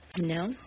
No